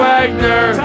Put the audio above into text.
Wagner